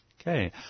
Okay